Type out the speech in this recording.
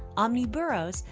omniboros,